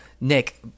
Nick